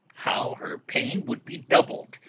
how her pain would be doubled,